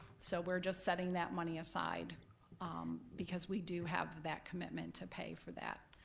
so we're just setting that money aside um because we do have that commitment to pay for that,